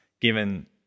given